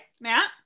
matt